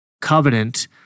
covenant